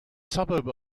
suburb